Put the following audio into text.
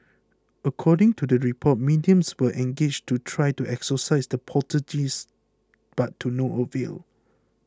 according to the report mediums were engaged to try to exorcise the poltergeists but to no avail